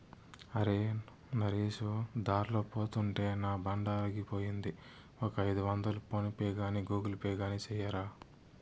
అరే, నరేసు దార్లో పోతుంటే నా బండాగిపోయింది, ఒక ఐదొందలు ఫోన్ పే గాని గూగుల్ పే గాని సెయ్యరా